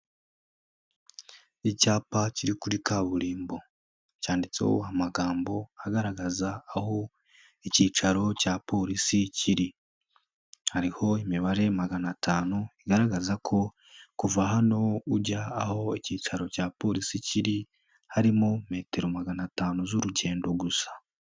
Icyapa kiri kuri kaburimbo cyanditseho amagambo agaragaza aho ikicaro cya polisi kiri. Hariho imibare magana atanu, igaragaza ko kuva hano ujya aho ikicaro cya polisi kiri, harimo metero magana atanu z'urugendo gusa.